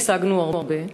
והשגנו הרבה,